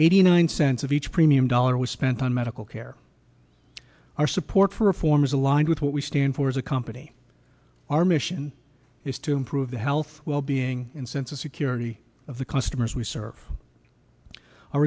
eighty nine cents of each premium dollar was spent on medical care our support for reform is aligned with what we stand for as a company our mission is to improve the health well being and sense of security of the customers we s